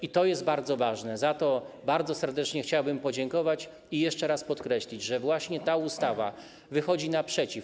I to jest bardzo ważne, za to bardzo serdecznie chciałbym podziękować i jeszcze raz podkreślić, że właśnie ta ustawa wychodzi naprzeciw.